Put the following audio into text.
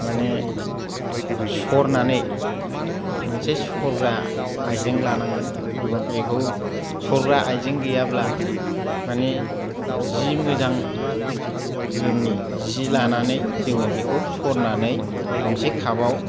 माने सरनानै मोनसे सरग्रा आइजें लानांगोन बेखौ सरग्रा आइजें गैयाब्ला माने जि मोजां रोखोमनि जि लानानै जोङो बेखौ सरनानै गंसे कापाव